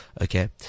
Okay